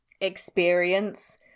experience